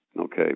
Okay